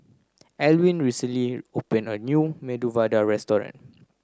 Elwyn recently opened a new Medu Vada Restaurant